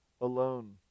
alone